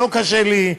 לא קשה לי,